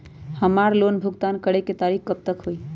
हमार लोन भुगतान करे के तारीख कब तक के हई?